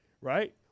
right